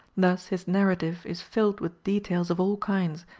thus his narrative is filled with details of all kinds,